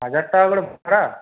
হাজার টাকা করে ভাড়া